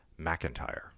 McIntyre